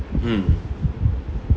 mm